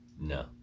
No